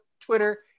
Twitter